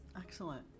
Excellent